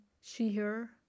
she-her